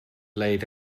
laid